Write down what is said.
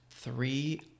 Three